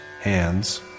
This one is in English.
hands